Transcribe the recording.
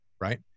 right